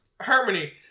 Harmony